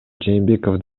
жээнбеков